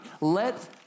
let